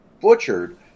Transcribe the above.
butchered